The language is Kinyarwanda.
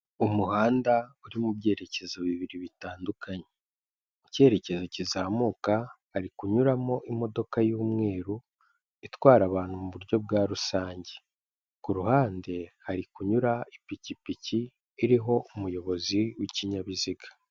Umuhanda uri mu byerekezo bibiri bitandukanye, mu cyerekezo kizamuka, hari kunyuramo imodoka y'umweru itwara abantu mu buryo bwa rusange, ku ruhande hari kunyura ipikipiki iriho umuyobozi w'ikinyabiziga.